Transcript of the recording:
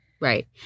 Right